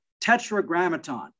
tetragrammaton